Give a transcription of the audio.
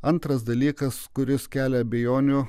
antras dalykas kuris kelia abejonių